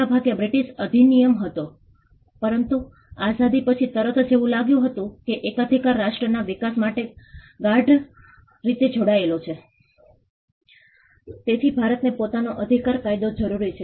તેથી તેઓએ કહ્યું કે હા દર વર્ષે આપણે જે પૂરનો સામનો કરી રહ્યા છીએ તેના વધુ સારા સંચાલન માટે તમે કરી શકો તો અમને થોડી સહાયની જરૂર છે